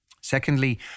Secondly